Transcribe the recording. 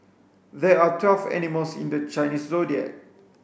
there are twelve animals in the Chinese Zodiac